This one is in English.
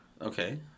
Okay